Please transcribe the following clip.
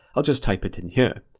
i'll just type it in here.